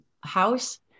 house